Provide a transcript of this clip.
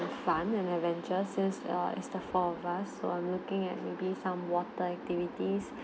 fun and adventure says err is the four of us so I'm looking at maybe some water activities